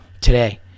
today